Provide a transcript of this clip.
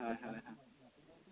হয় হয় হয়